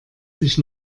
sich